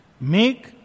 Make